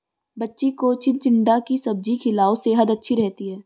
बच्ची को चिचिण्डा की सब्जी खिलाओ, सेहद अच्छी रहती है